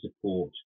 support